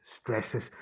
stresses